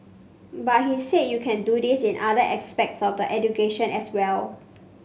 but he said you can do this in other aspects of the education as well